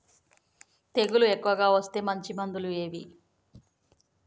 తెగులు ఎక్కువగా వస్తే మంచి మందులు ఏవి?